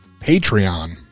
Patreon